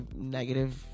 negative